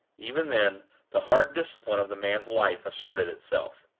even then the hard discipline of the man's life asserted itself.